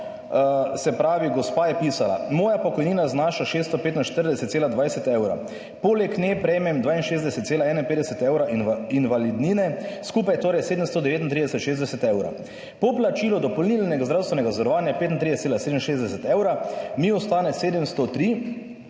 Se pravi, gospa je pisala: »Moja pokojnina znaša 645,20 evrov. Poleg nje prejmem 62,51 evrov invalidnine, skupaj torej 739,60 evra. Po plačilu dopolnilnega zdravstvenega zavarovanja 35,67 evra mi ostane 703,93